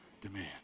demand